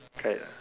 kite ah